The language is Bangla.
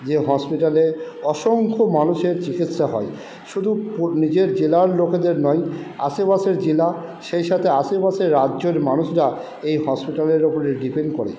যে হসপিটালে অসংখ্য মানুষের চিকিৎসা হয় শুধু নিজের জেলার লোকেদের নয় আশেপাশের জেলা সেই সাথে আশেপাশের রাজ্যের মানুষরা এই হসপিটালের ওপরে ডিপেন্ড করে